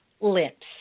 lips